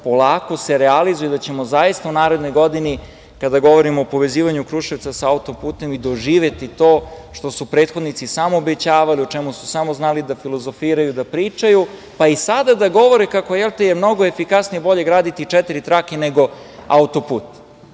polako se realizuje i da ćemo zaista u narednoj godini, kada govorimo o povezivanju Kruševca sa auto-putem, i doživeti to što su prethodnici samo obećavali, o čemu su samo znali da filozofiraju, da pričaju, pa i sada da govore kako je mnogo efikasnije bolje graditi četiri trake nego auto-put,